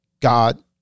God